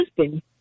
husband